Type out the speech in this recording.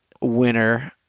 winner